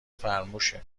فرموشه